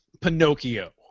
Pinocchio